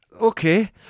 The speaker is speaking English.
okay